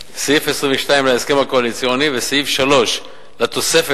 סעיף 22 להסכם הקואליציוני וסעיף 3 לתוספת